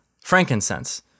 Frankincense